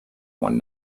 one